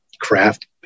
craft